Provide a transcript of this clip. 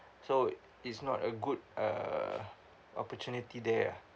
so it's not a good uh opportunity there ah